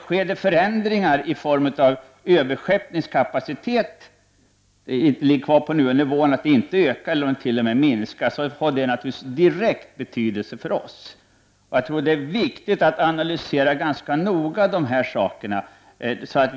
Om det sker förändringar beträffande överskeppningskapaciteten, så att den inte ökar utan kanske t.o.m. minskar, får det naturligtvis också direkt betydelse för oss. Det är viktigt att ganska noga analysera dessa frågor.